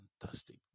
fantastic